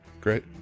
Great